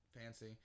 fancy